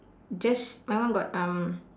just my one got um